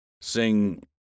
sing